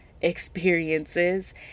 experiences